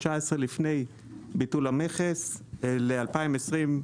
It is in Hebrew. ו-2019 לפני ביטול המכס ל-2020.